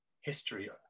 history